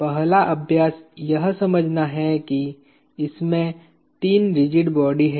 पहला अभ्यास यह समझना है कि इसमें 3 रिजिड बॉडी हैं